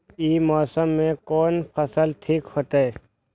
ई मौसम में कोन फसल ठीक होते?